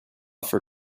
for